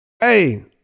Hey